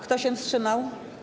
Kto się wstrzymał?